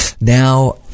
Now